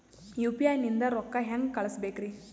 UPI ನಿಂದ ರೊಕ್ಕ ಹೆಂಗ ಕಳಸಬೇಕ್ರಿ?